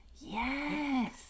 yes